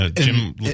Jim